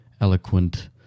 eloquent